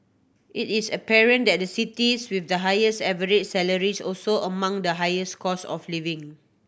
it is apparent that the cities with the highest average salaries also among the highest costs of living